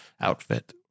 outfit